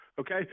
Okay